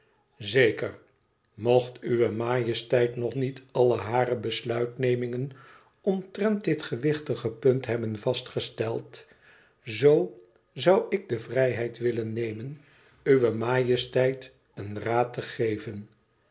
zeker mocht uwe majesteit nog niet alle hare besluitnemingen omtrent dit gewichtige punt hebben vastgesteld zoo zoû ik de vrijheid willen nemen uwe majesteit een raad te geven